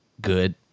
good